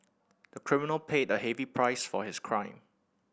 the criminal paid a heavy price for his crime